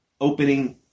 opening